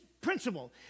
principle